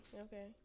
Okay